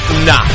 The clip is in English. Nah